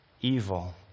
evil